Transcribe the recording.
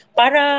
para